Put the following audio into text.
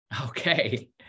Okay